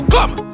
Come